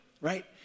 Right